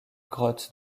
grotte